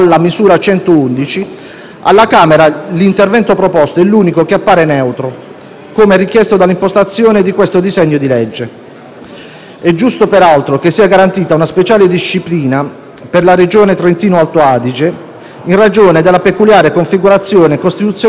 È giusto, peraltro, che sia garantita una speciale disciplina per la Regione Trentino-Alto Adige, in ragione della peculiare configurazione costituzionale della stessa, articolata su due Province autonome ed è parso, quindi, corretto prevedere - in sede di revisione costituzionale della composizione del Senato